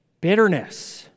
bitterness